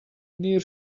near